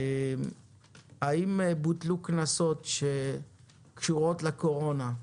האם בוטלו קנסות שקשורים לקורונה?